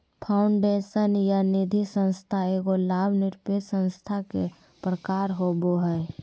foundation या निधिसंस्था एगो लाभ निरपेक्ष संस्था के प्रकार होवो हय